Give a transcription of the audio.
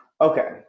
Okay